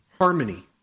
harmony